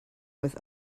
with